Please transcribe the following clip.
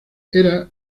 era